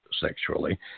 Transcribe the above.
sexually